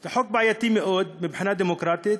זה חוק בעייתי מאוד מבחינה דמוקרטית,